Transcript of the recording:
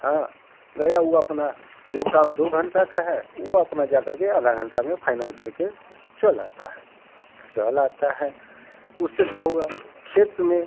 हाँ गया वो अपना जो काम दो घंटा का है वो अपना जा कर के आधे घंटे में फाइनल कर के चल आता है चल आता है उससे क्या हुआ खेत में